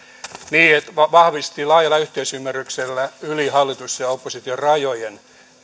tämä niin vahvisti laajalla yhteisymmärryksellä yli hallitus oppositio rajojen